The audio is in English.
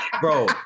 Bro